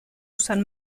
usan